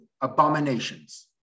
abominations